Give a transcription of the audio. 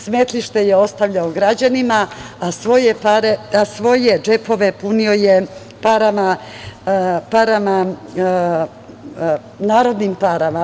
Smetlište je ostavljao građanima, a svoje džepove je punio parama, narodnim parama.